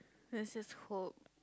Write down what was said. let's just hope